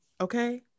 okay